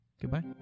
Goodbye